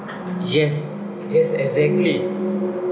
yes yes exactly